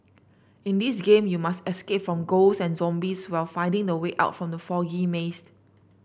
in this game you must escape from ghost and zombies while finding the way out from the foggy maze